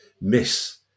miss